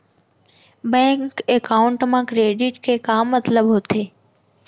Bank account मा credit के का मतलब होथे?